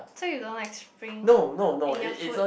so you don't like spring in your food